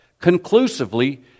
conclusively